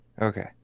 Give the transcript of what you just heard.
Okay